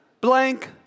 blank